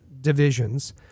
divisions